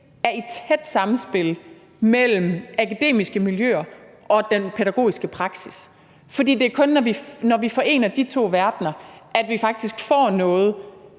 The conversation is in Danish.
er i et tæt samspil mellem akademiske miljøer og den pædagogiske praksis. For det er kun, når vi forener de to verdener, at vi faktisk får noget,